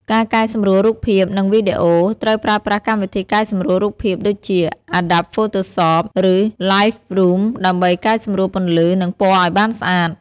ការកែសម្រួលរូបភាព និងវីដេអូ ត្រូវប្រើប្រាស់កម្មវិធីកែសម្រួលរូបភាពដូចជា Adobe Photoshop ឬ Lightroom ដើម្បីកែសម្រួលពន្លឺ និងពណ៌ឲ្យបានស្អាត។